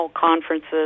conferences